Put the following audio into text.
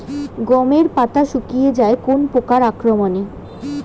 গমের পাতা শুকিয়ে যায় কোন পোকার আক্রমনে?